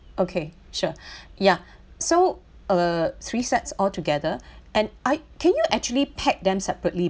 okay sure ya so uh three sets altogether and I can you actually pack them separately